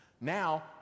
Now